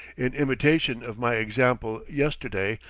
in imitation of my example yesterday,